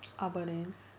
abuden